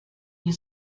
wir